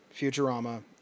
Futurama